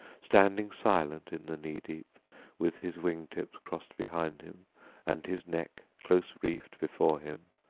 standing silent in the kneedeep with his wing-tips crossed behind him and his neck close-reefed before him,